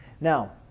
Now